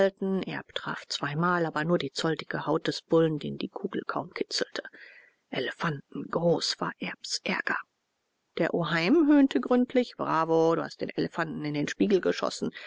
zweimal aber nur die zolldicke haut des bullen den die kugel kaum kitzelte elefantengroß war erbs ärger der oheim höhnte gründlich bravo du hast den elefanten in den spiegel geschossen